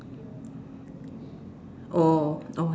oh